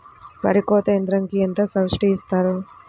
వరి కోత యంత్రంకి ఎంత సబ్సిడీ ఇస్తారు?